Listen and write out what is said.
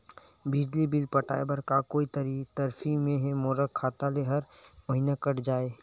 बिजली बिल पटाय बर का कोई तरीका हे मोर खाता ले हर महीना कट जाय?